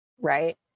right